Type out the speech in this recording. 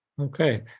okay